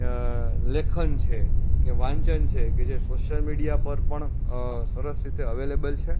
લેખન છે કે વાંચન છે કે જે સોશિયલ મીડિયા પર પણ સરસ રીતે અવેલેબલ છે